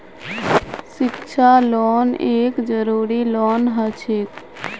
शिक्षा लोन एक जरूरी लोन हछेक